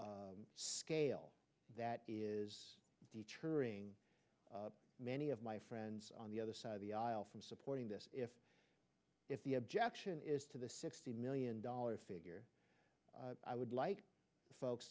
of scale that is deterring many of my friends on the other side of the aisle from supporting this if if the objection is to the sixty million dollars figure i would like folks